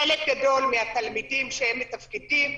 חלק גדול מהתלמידים שהם מתפקדים,